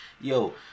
Yo